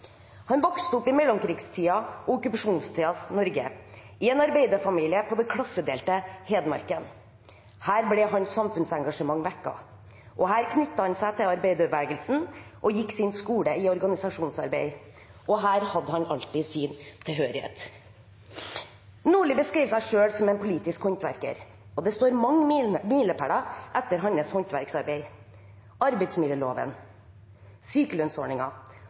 Han vokste opp i mellomkrigstidens og okkupasjonstidens Norge, i en arbeiderfamilie på det klassedelte Hedmarken. Her ble hans samfunnsengasjement vekket, her knyttet han seg til arbeiderbevegelsen og gikk sin skole i organisasjonsarbeid, og her hadde han alltid sin tilhørighet. Nordli beskrev seg selv som «en politisk håndverker», og det står mange milepæler etter hans håndverksarbeid. Arbeidsmiljøloven,